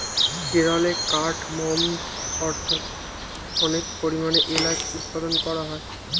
কেরলে কার্ডমমস্ অর্থাৎ অনেক পরিমাণে এলাচ উৎপাদন করা হয়